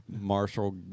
Marshall